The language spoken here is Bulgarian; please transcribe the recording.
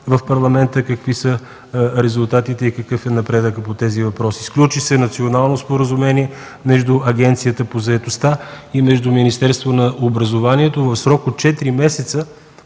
в Парламента какви са резултатите и какъв е напредъкът по този въпрос. Сключи се Национално споразумение между Агенцията по заетостта и между Министерството на образованието в срок от четири месеца